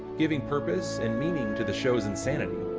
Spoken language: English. giving purpose and meaning to the show's insanity,